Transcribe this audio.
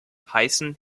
heißen